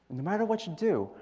matter what you do,